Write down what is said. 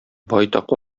байтак